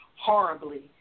horribly